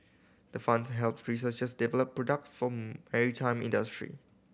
the funds helps researchers develop product from maritime industry